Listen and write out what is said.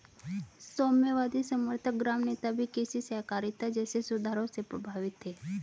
साम्यवादी समर्थक ग्राम नेता भी कृषि सहकारिता जैसे सुधारों से प्रभावित थे